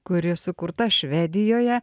kuri sukurta švedijoje